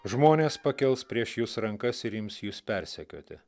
žmonės pakels prieš jus rankas ir ims jus persekioti